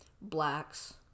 Blacks